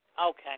Okay